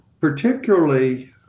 particularly